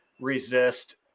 resist